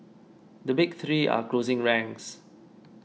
the big three are closing ranks